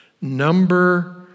Number